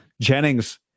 Jennings